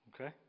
okay